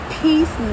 peace